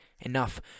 enough